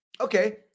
Okay